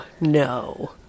No